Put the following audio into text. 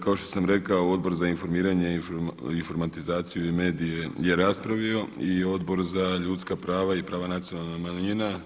Kao što sam rekao Odbor za informiranje, informatizaciju i medije je raspravio i Odbor za ljudska prava i prava nacionalnih manjina.